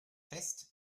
fest